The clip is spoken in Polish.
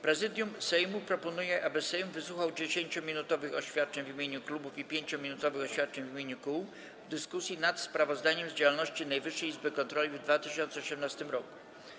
Prezydium Sejmu proponuje, aby Sejm wysłuchał 10-minutowych oświadczeń w imieniu klubów i 5-minutowych oświadczeń w imieniu kół w dyskusji nad sprawozdaniem z działalności Najwyższej Izby Kontroli w 2018 roku.